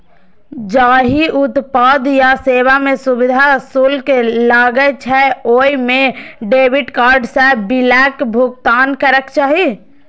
जाहि उत्पाद या सेवा मे सुविधा शुल्क लागै छै, ओइ मे डेबिट कार्ड सं बिलक भुगतान करक चाही